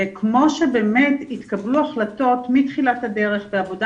וכמו שבאמת התקבלו החלטות מתחילת הדרך בעבודה